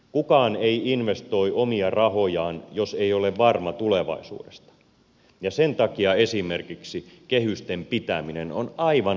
kukaan ei investoi omia rahojaan jos ei ole varma tulevaisuudesta ja sen takia esimerkiksi kehysten pitäminen on aivan olennainen kysymys